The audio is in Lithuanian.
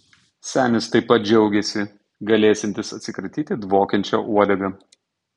senis taip pat džiaugėsi galėsiantis atsikratyti dvokiančia uodega